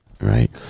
right